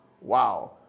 Wow